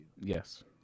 yes